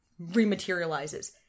rematerializes